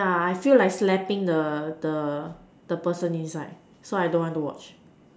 ya I feel like slapping the the person inside so I don't want to watch